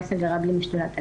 אני משדולת הנשים.